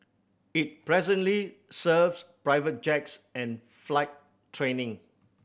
it presently serves private jets and flight training